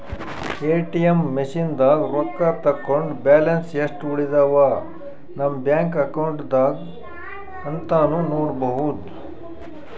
ATM ಮಷಿನ್ದಾಗ್ ರೊಕ್ಕ ತಕ್ಕೊಂಡ್ ಬ್ಯಾಲೆನ್ಸ್ ಯೆಸ್ಟ್ ಉಳದವ್ ನಮ್ ಬ್ಯಾಂಕ್ ಅಕೌಂಟ್ದಾಗ್ ಅಂತಾನೂ ನೋಡ್ಬಹುದ್